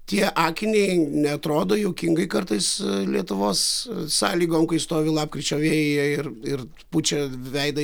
tie akiniai neatrodo juokingai kartais lietuvos sąlygom kai stovi lapkričio vėjyje ir ir pučia veidą